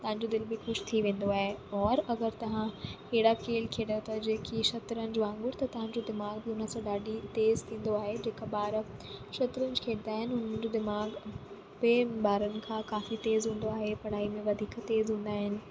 तव्हांजो दिल बि ख़ुशि थी वेंदो आहे औरि अगरि तव्हां अहिड़ा खेल खेॾो था जेकी शतरंज वांगुरु त तव्हांजो दिमाग़ बि उन सां ॾाढी तेज़ थींदो आहे जेका ॿार शतरंज खेॾंदा आहिनि हुननि जो दिमाग़ ॿियनि ॿारनि खां काफ़ी तेज़ हूंदो आहे पढ़ाई में वधीक तेज़ हूंदा आहिनि